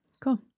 Cool